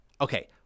Okay